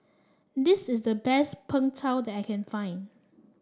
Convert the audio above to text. this is the best Png Tao that I can find